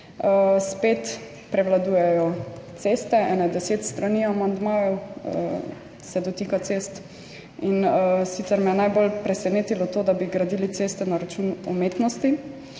spet prevladujejo ceste, nekje 10 strani amandmajev se dotika cest, in sicer me je najbolj presenetilo to, da bi gradili ceste na račun umetnosti,